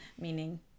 meaning